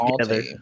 together